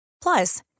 Plus